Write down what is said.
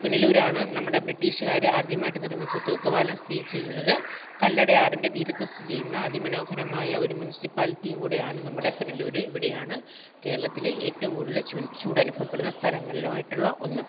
പുനലൂരാണ് നമ്മുടെ ബ്രിട്ടീഷുകാർ ആദ്യമായിട്ട് നിർമ്മിച്ച തൂക്കുപാലം സ്ഥിതി ചെയ്യുന്നത് കല്ലട ആറിൻ്റെ തീരത്ത് സ്ഥിതി ചെയ്യുന്ന അതിമനോഹരമായ ഒരു മുൻസിപ്പാലിറ്റിയും കൂടെയാണ് നമ്മുടെ പുനലൂർ ഇവിടെയാണ് കേരളത്തിലെ ഏറ്റവും കൂടുതൽ ചൂട് അനുഭവപ്പെടുന്ന സ്ഥലങ്ങളിലും ആയിട്ടുള്ള ഒന്ന്